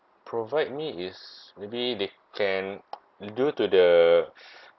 provide me is maybe they can do to the